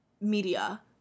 media